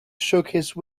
showcase